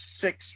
six